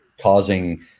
causing